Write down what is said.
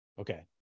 Okay